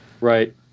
Right